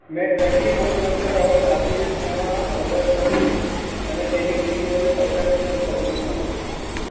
મેં twenty four Mantra કાબુલી ચણા ઓર્ડર કર્યું અને તેની ડિલિવરી સત્તર દિવસ પછી મળી